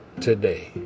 Today